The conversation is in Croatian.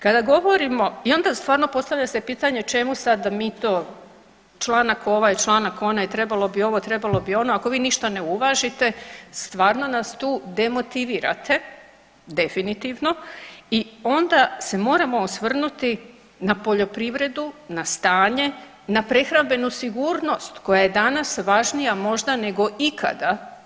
Kada govorimo, i onda stvarno postavlja se pitanje čemu sad da mi to članak ovaj, članak onaj, trebalo bi ovo, trebalo bi ono, ako vi ništa ne uvažite stvarno nas tu demotivirate definitivno i onda se moramo osvrnuti na poljoprivredu, na stanje, na prehrambenu sigurnost koja je danas važnija možda nego ikada.